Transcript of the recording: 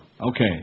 Okay